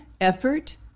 effort